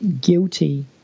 guilty